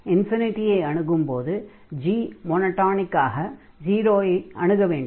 x ஐ அணுகும்போது g மொனொடானிக்காக 0 ஐ அணுக வேண்டும்